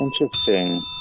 Interesting